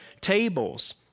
tables